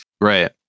Right